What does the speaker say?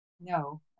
no